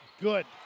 good